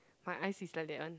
my eyes is like that one